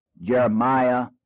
Jeremiah